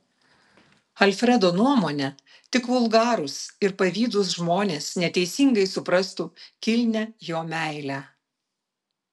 alfredo nuomone tik vulgarūs ir pavydūs žmonės neteisingai suprastų kilnią jo meilę